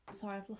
Sorry